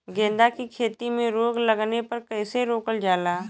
गेंदा की खेती में रोग लगने पर कैसे रोकल जाला?